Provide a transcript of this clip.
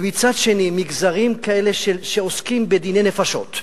ומצד שני מגזרים כאלה שעוסקים בדיני נפשות,